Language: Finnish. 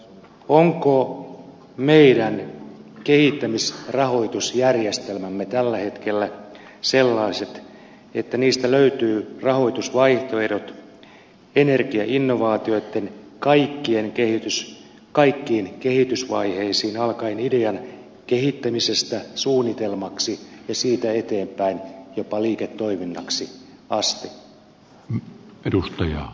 ovatko meidän kehittämisrahoitusjärjestelmämme tällä hetkellä sellaiset että niistä löytyvät rahoitusvaihtoehdot energiainnovaatioitten kaikkiin kehitysvaiheisiin alkaen idean kehittämisestä suunnitelmaksi ja siitä eteenpäin jopa liiketoiminnaksi asti